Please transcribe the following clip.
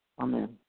Amen